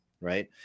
right